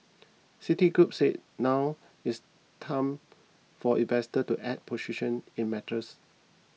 city group said now is time for investors to add positions in metals